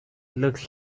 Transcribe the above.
looks